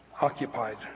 occupied